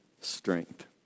strength